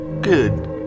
Good